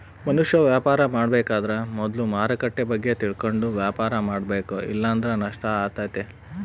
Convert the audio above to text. ಮನುಷ್ಯ ವ್ಯಾಪಾರ ಮಾಡಬೇಕಾದ್ರ ಮೊದ್ಲು ಮಾರುಕಟ್ಟೆ ಬಗ್ಗೆ ತಿಳಕಂಡು ವ್ಯಾಪಾರ ಮಾಡಬೇಕ ಇಲ್ಲಂದ್ರ ನಷ್ಟ ಆತತೆ